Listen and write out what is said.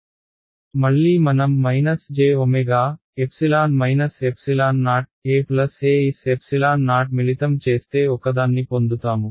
మళ్లీ మనం jEEso మిళితం చేస్తే ఒకదాన్ని పొందుతాము